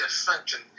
Function